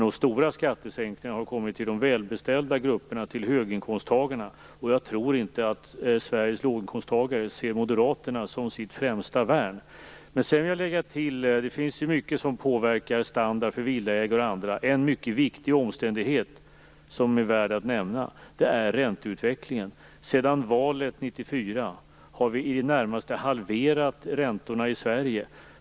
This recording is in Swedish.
De stora skattesänkningarna har kommit till de välbeställda grupperna, till höginkomsttagarna, och jag tror inte att Sveriges låginkomsttagare ser Moderaterna som sitt främsta värn. Jag vill lägga till att det finns mycket som påverkar standard för villaägare och andra. En mycket viktig omständighet som är värd att nämna är ränteutvecklingen. Sedan valet 1994 har vi i det närmaste halverat räntorna i Sverige.